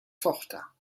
tochter